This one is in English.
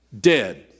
Dead